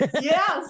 Yes